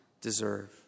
deserve